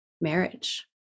marriage